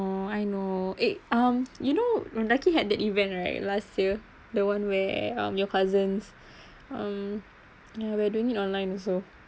oo I know eh um you know when lucky had that event right last year the one where um your cousins um ya we are doing it online also